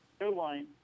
airline